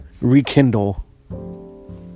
rekindle